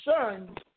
son